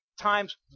times